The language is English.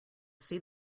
see